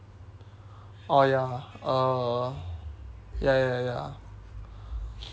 oh ya uh ya ya ya ya